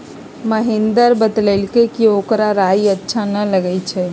महेंदर बतलकई कि ओकरा राइ अच्छा न लगई छई